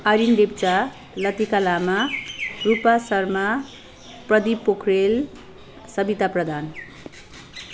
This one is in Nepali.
आइरिन लेप्चा लतिका लामा रूपा शर्मा प्रदिप पोखरेल सविता प्रधान